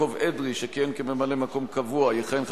יש לי מספר לא מבוטל של הודעות גם של הוועדה.